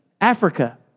Africa